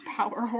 power